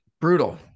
Brutal